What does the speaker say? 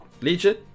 Legion